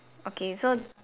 okay so